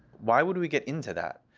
why would we get into that?